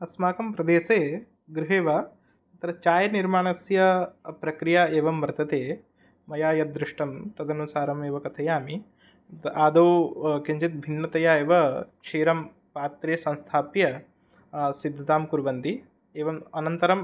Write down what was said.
अस्माकं प्रदेशे गृहे वा तत्र चाय निर्माणस्य प्रक्रिया एवं वर्तते मया यद्दृष्टं तदनुसारमेव कथयामि आदौ किञ्चित् भिन्नतया एव क्षीरं पात्रे संस्थाप्य सिद्धतां कुर्वन्ति एवम् अनन्तरम्